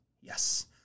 Yes